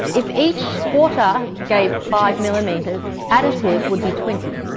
if each quarter gave five millimetres, additive would be twenty.